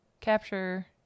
Capture